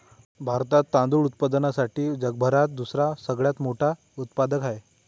भारतात तांदूळ उत्पादनासाठी जगभरात दुसरा सगळ्यात मोठा उत्पादक आहे